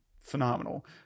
phenomenal